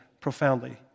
profoundly